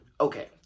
Okay